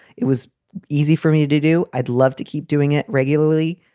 it was easy for me to do. i'd love to keep doing it regularly.